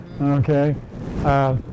Okay